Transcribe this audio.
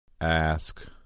Ask